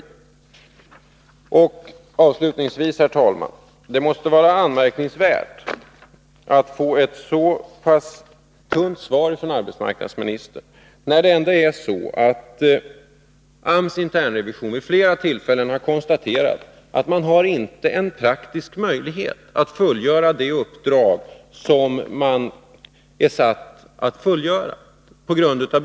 Avslutnigsvis, herr talman, vill jag säga att det måste vara anmärkningsvärt att arbetsmarknadsministern lämnat ett så pass tunt svar, när det ändå är så, att AMS internrevision vid flera tillfällen har konstaterat att man på grund av brist på resurser inte har någon praktisk möjlighet att fullgöra det uppdrag som man är satt att fullgöra.